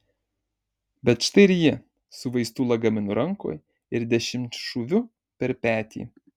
bet štai ir ji su vaistų lagaminu rankoj ir dešimtšūviu per petį